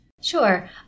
Sure